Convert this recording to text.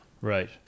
Right